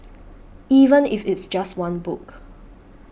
even if it's just one book